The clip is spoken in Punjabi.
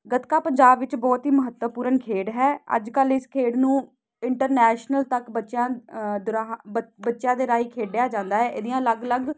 ਗਤਕਾ ਪੰਜਾਬ ਵਿੱਚ ਬਹੁਤ ਹੀ ਮਹੱਤਵਪੂਰਨ ਖੇਡ ਹੈ ਅੱਜ ਕੱਲ੍ਹ ਇਸ ਖੇਡ ਨੂੰ ਇੰਟਰਨੈਸ਼ਨਲ ਤੱਕ ਬੱਚਿਆਂ ਦੋਰਾਹਾ ਬੱ ਬੱਚਿਆਂ ਦੇ ਰਾਹੀਂ ਖੇਡਿਆ ਜਾਂਦਾ ਹੈ ਇਹਦੀਆਂ ਅਲੱਗ ਅਲੱਗ